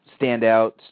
standout